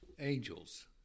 Angels